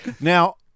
now